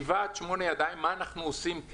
מה אנחנו כן עושים?